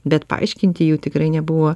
bet paaiškinti jų tikrai nebuvo